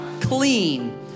clean